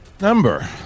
number